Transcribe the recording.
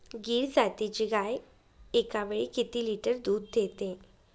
गीर जातीची गाय एकावेळी किती लिटर दूध देते?